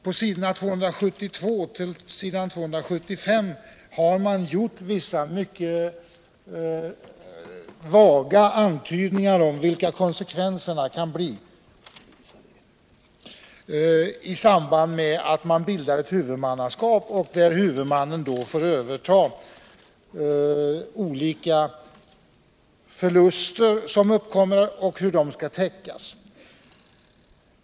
På sidorna 272-275 har man gjort vissa mycket vaga antydningar om vilka konsekvenserna kan bli i samband med att det bildas ett huvudmannaskap, där huvudmannen får överta de olika förluster som uppkommer och problemet hur de skall täckas.